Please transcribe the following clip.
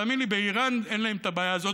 תאמין לי, באיראן אין להם את הבעיה הזאת,